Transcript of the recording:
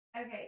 okay